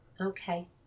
Okay